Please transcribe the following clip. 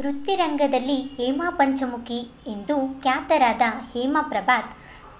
ವೃತ್ತಿರಂಗದಲ್ಲಿ ಹೇಮಾ ಪಂಚಮುಖಿ ಎಂದು ಖ್ಯಾತರಾದ ಹೇಮಾ ಪ್ರಭಾತ್